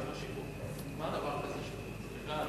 התש"ע 2010, לדיון מוקדם